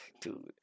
Dude